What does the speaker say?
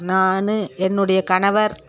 நான் என்னுடைய கணவர்